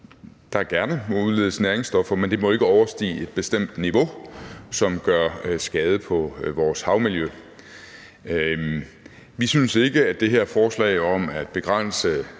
der gerne må udledes næringsstoffer, men at det ikke må overstige et bestemt niveau, som gør skade på vores havmiljø. Vi synes ikke, at det her forslag om at begrænse